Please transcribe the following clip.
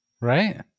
Right